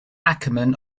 akerman